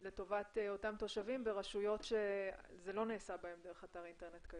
לטובת אותם תושבים ברשויות שכיום זה לא נעשה בהן דרך אתר האינטרנט.